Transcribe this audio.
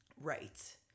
Right